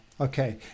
Okay